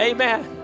Amen